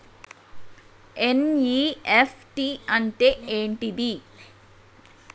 NEFT అంటే ఏంటిది?